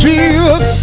Jesus